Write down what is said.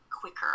quicker